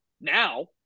now